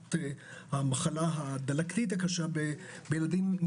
תופעת המחלה הדלקתית הקשה בילדים,